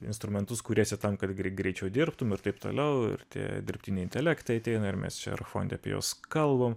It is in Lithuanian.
instrumentus kūrėsi tam kad greičiau dirbtum ir taip toliau ir tie dirbtiniai intelektai ateina ir mes čia ir fonde apie juos kalbam